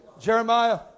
Jeremiah